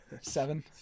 Seven